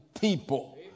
people